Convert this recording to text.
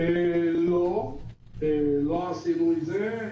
לא, לא עשינו את זה.